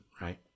right